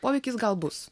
poveikis gal bus